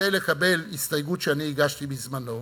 כדי לקבל הסתייגות שאני הגשתי בזמנו,